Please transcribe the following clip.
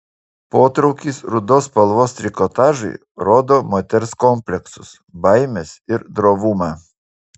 potraukis rudos spalvos trikotažui rodo moters kompleksus baimes ir drovumą